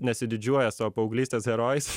nesididžiuoja savo paauglystės herojais